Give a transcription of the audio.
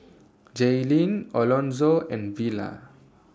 Jaylene Alonzo and Vela